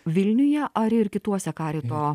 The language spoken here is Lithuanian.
vilniuje ar ir kituose karito